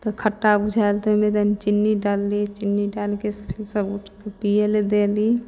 तऽ खट्टा बुझाएल तऽ ओहिमे तनी चिन्नी डालली चिन्नी डालिके सब गोटेके पीयैलए देली